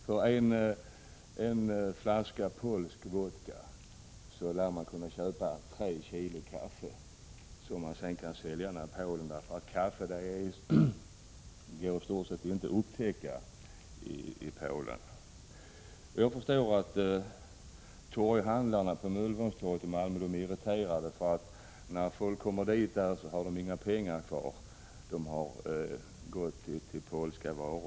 För en flaska polsk vodka lär man kunna köpa tre kilo kaffe, som man sedan kan sälja, därför att kaffe i stort sett inte går att uppbringa i Polen. Jag förstår att — Prot. 1986/87:68 torghandlarna på Möllevångstorget i Malmö är irriterade. När folk kommer = 10 februari 1987 dit har de inga pengar kvar, eftersom dessa har lagts ut på polska varor.